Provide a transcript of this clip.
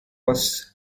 was